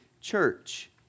church